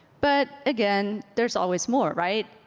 but again, there's always more, right?